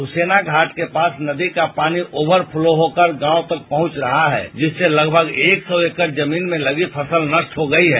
हुसैना घाट के पास नदी का पानी ओवर पलो होकर गांव तक पहुंच रहा है जिससे लगमग एक स्वी एकठ जमीन में लगी फसल नष्ट हो गयी है